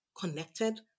connected